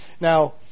Now